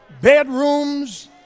bedrooms